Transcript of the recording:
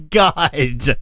god